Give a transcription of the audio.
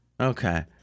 Okay